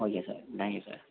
okay sir thank you sir